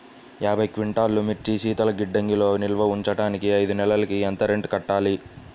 యాభై క్వింటాల్లు మిర్చి శీతల గిడ్డంగిలో నిల్వ ఉంచటానికి ఐదు నెలలకి ఎంత రెంట్ కట్టాలి?